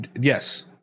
Yes